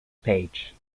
page